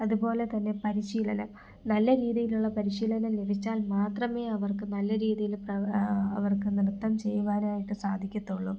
അതുപോലെ തന്നെ പരിശീലനം നല്ല രീതിയിലുള്ള പരിശീലനം ലഭിച്ചാൽ മാത്രമേ അവർക്ക് നല്ല രീതിയിൽ പ്ര അവർക്ക് നൃത്തം ചെയ്യുവാനായിട്ട് സാധിക്കുള്ളൂ